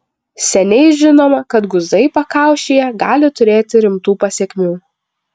seniai žinoma kad guzai pakaušyje gali turėti rimtų pasekmių